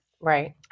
Right